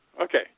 Okay